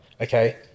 okay